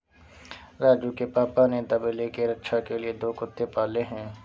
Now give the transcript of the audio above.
राजू के पापा ने तबेले के रक्षा के लिए दो कुत्ते पाले हैं